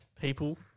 people